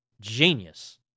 Genius